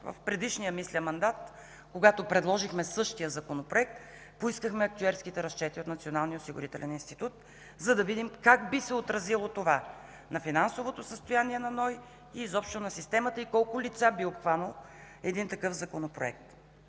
в предишния мандат, когато предложихме същия законопроект, поискахме актюерските разчети от Националния осигурителен институт, за да видим как би се отразило това на финансовото състояние на НОИ, изобщо на системата и колко лица би обхванал такъв законопроект.